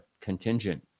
contingent